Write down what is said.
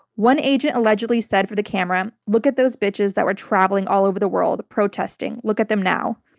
one agent allegedly said for the camera, look at those bitches that were traveling all over the world protesting. look at them now.